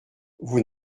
vous